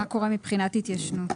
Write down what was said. מה קורה מבחינת התיישנות.